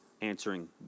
answering